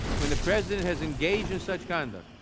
when the president has engaged in such conduct,